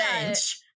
change